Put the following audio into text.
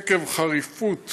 עקב חריפות